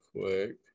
quick